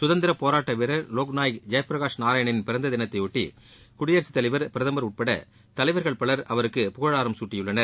சுதந்திரப் போராட்ட வீரர் வோக் நாயக் ஜெயபிரகாஷ் நாராயணனின் பிறந்த தினத்தையொட்டி குடியரசுத் தலைவர் பிரதமர் உட்பட தலைவர்கள் பலர் அவருக்கு புகழாரம் குட்டியுள்ளனர்